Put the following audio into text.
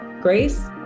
grace